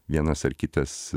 vienas ar kitas